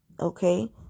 Okay